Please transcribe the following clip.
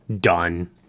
done